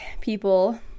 people